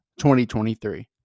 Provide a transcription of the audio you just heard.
2023